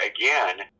again